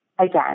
again